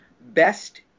Best